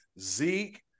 Zeke